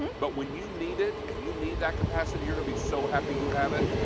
but when you need it and you need that capacity, you'll be so happy you have it.